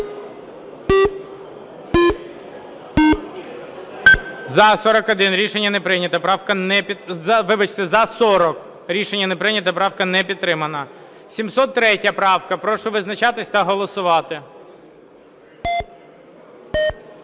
– 40. Рішення не прийнято. Правка не підтримана. 703 правка. Прошу визначатись та голосувати.